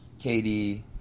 KD